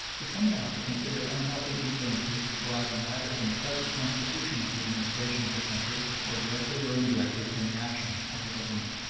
we come now to consider unhealthy influences arising either from the present constitution of the administration of the country or directly or indirectly from the action of the government.